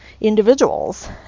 individuals